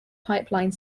pipeline